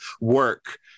work